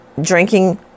drinking